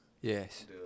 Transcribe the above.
Yes